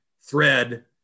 thread